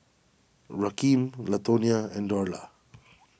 Rakeem Latonia and Dorla